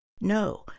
No